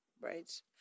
right